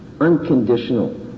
Unconditional